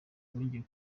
bongeye